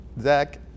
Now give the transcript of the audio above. Zach